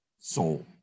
soul